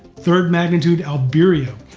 third magnitude alberio,